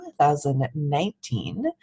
2019